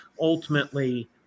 ultimately